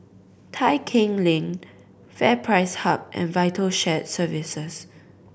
Tai Keng Lane FairPrice Hub and Vital Shared Services